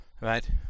right